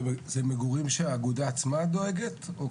זה מגורים שהאגודה עצמה דואגת או